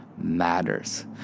Matters